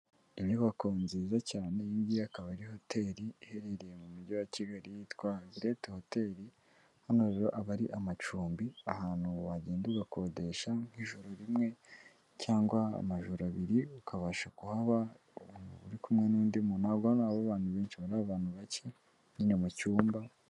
Inyubako nziza cyane, iyingiyi akaba ari hoteri iherereye mu mujyi wa Kigali yitwa Great hoteli, hano rero aba ari amacumbi, ahantu wagenda ugakodesha nk'ijoro rimwe, cyangwa amajoro abiri, ukabasha kuhaba, uri kumwe n'undi muntu, ntago hano haba abantu benshi, aba ari abantu bake nyine mu cyumba.